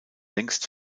längst